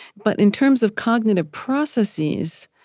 but in terms of cognitive processes,